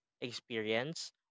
experience